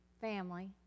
family